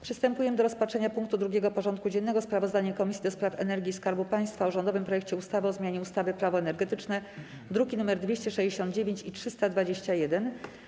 Przystępujemy do rozpatrzenia punktu 2. porządku dziennego: Sprawozdanie Komisji do Spraw Energii i Skarbu Państwa o rządowym projekcie ustawy o zmianie ustawy - Prawo energetyczne (druki nr 269 i 321)